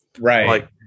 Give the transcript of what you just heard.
Right